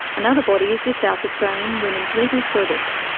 another body is the south australian women's legal service.